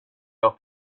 jag